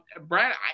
Brad